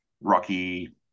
rocky